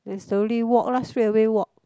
then slowly walk lah straight away walk